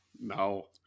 no